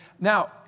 now